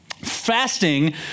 Fasting